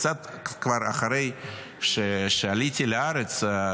קצת אחרי שעליתי לארץ,